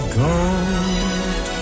gold